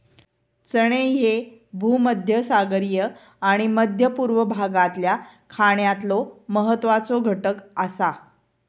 चणे ह्ये भूमध्यसागरीय आणि मध्य पूर्व भागातल्या खाण्यातलो महत्वाचो घटक आसा